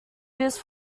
used